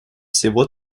всего